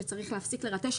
שצריך להפסיק לרטש,